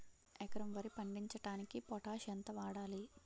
ఎకరం వరి పండించటానికి పొటాష్ ఎంత వాడాలి?